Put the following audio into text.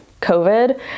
COVID